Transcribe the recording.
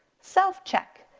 self check.